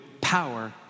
power